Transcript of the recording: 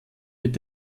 mit